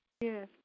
Yes